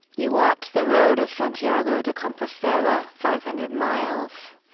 you walked the road of santiago de compostela, five hundred miles.